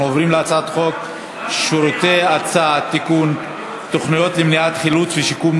אנחנו עוברים להצעת חוק שוויון ההזדמנויות בעבודה (תיקון,